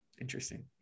interesting